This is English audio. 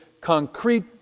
concrete